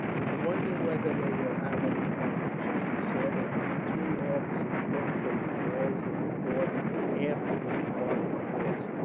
i wonder whether they will have any fighting, charlie said, as the three officers looked from the walls of the fort after the departing force.